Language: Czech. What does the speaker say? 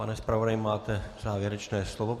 Pane zpravodaji, máte závěrečné slovo.